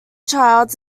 childs